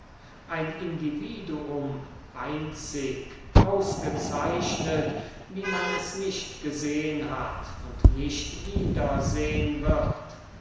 ein individuum einzig ausgezeichnet wie man es nicht gesehn hat und nicht wieder sehn wird